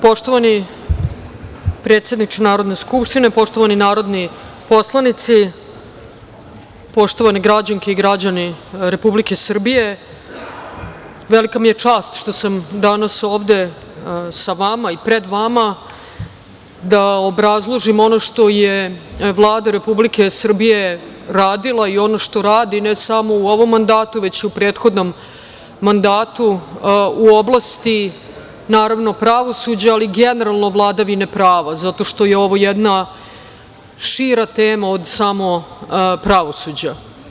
Poštovani predsedniče Narodne skupštine, poštovani narodni poslanici, poštovane građanke i građani Republike Srbije, velika mi je čast što sam danas ovde sa vama i pred vama, da obrazložim ono što je Vlada Republike Srbije radila i ono što radi, ne samo u ovom mandatu već i u prethodnom mandatu, u oblasti pravosuđa ali i generalno vladavine prava, zato što je ovo jedna šira tema od pravosuđa.